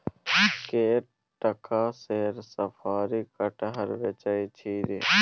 कए टका सेर साफरी कटहर बेचय छी रे